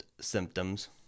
symptoms